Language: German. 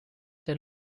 der